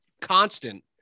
constant